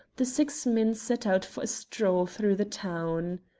the six men set out for a stroll through the town.